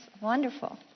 wonderful